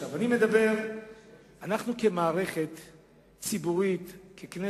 אנחנו כמערכת ציבורית, ככנסת,